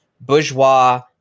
bourgeois